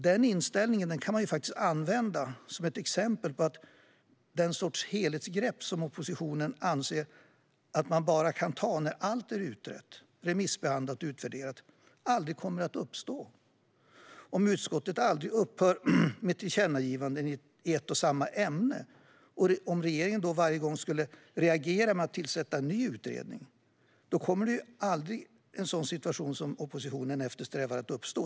Den inställningen kan man faktiskt använda som ett exempel på att den sortens helhetsgrepp som oppositionen anser att man bara kan ta när allt är utrett, remissbehandlat och utvärderat aldrig kommer att bli möjligt. Om utskottet aldrig upphör med tillkännagivanden i ett och samma ärende och om regeringen varje gång skulle reagera med att tillsätta en ny utredning kommer ju aldrig den situation som oppositionen eftersträvar att uppstå.